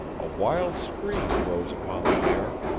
a wild scream rose upon the air,